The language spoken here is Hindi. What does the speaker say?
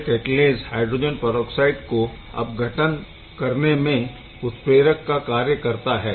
यह कैटालेस हायड्रोजन परऑक्साइड को अपघटन करने में उत्प्रेरक का कार्य करता है